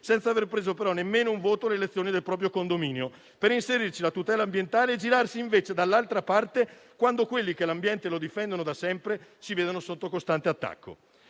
senza aver preso però nemmeno un voto alle elezioni del proprio condominio, per inserirci la tutela ambientale e girarsi invece dall'altra parte quando quelli che l'ambiente lo difendono da sempre si vedono sotto costante attacco.